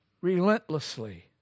relentlessly